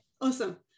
awesome